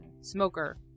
smoker